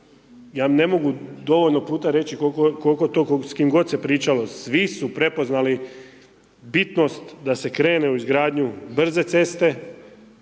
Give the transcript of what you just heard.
ja ne mogu dovoljno puta reći koliko to, s kim god se pričalo, svi su prepoznali bitnost da se krene u izgradnju brze ceste,